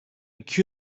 iki